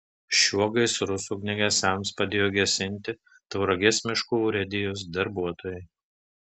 šiuo gaisrus ugniagesiams padėjo gesinti tauragės miškų urėdijos darbuotojai